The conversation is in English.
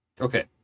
Okay